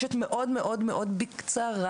מעברים, קרן לנדמן.